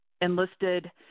enlisted